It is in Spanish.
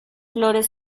flores